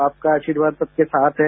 आपका आशीर्वाद सबके साथ है